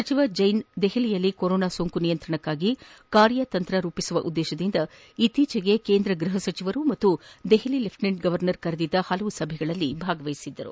ಸಚಿವ ಜೈನ್ ದೆಹಲಿಯಲ್ಲಿ ಕೊರೊನಾ ಸೋಂಕು ನಿಯಂತ್ರಣಕ್ಕಾಗಿ ಕಾರ್ಯತಂತ್ರ ರೂಪಿಸುವ ಉದ್ದೇಶದಿಂದ ಇತ್ತೀಚೆಗೆ ಕೇಂದ್ರ ಗೃಹ ಸಚಿವರು ಮತ್ತು ದೆಹಲಿ ಲೆಖ್ಟಿನೆಂಟ್ ಗವನ್ನರ್ ಕರೆದಿದ್ದ ಹಲವು ಸಭೆಗಳಲ್ಲಿ ಭಾಗವಹಿಸಿದ್ದರು